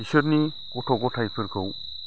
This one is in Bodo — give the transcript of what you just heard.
बिसोरनि गथ' गथाइफोरखौ